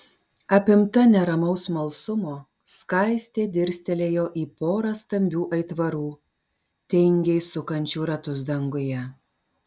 apimta neramaus smalsumo skaistė dirstelėjo į porą stambių aitvarų tingiai sukančių ratus danguje